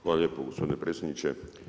Hvala lijepo gospodine predsjedniče.